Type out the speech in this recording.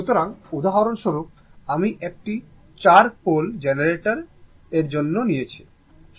সুতরাং উদাহরণস্বরূপ আমি একটি 4 পোল জেনারেটর এর জন্য নিয়েছি